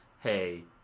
hey